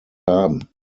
haben